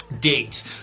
date